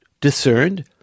discerned